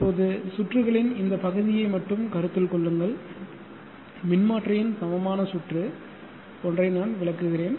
இப்போது சுற்றுகளின் இந்த பகுதியை மட்டும் கருத்தில் கொள்ளுங்கள் மின்மாற்றியின் சமமான சுற்று ஒன்றை நான் விளக்குகிறேன்